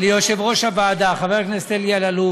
ליושב-ראש הוועדה חבר הכנסת אלי אלאלוף,